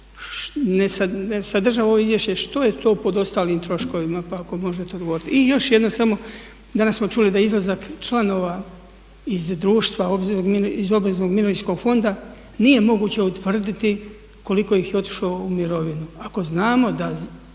sadržava ovo izvješće što je to pod ostalim troškovima, pa ako možete odgovoriti? I još jedno samo danas smo čuli da izlazak članova iz društva iz obveznog mirovinskog fonda nije moguće utvrditi koliko ih je otišlo u mirovinu. Ako znamo da